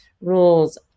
rules